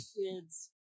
kids